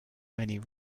many